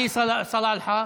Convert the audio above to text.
עלי סלאלחה.